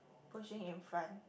pushing in front